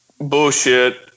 bullshit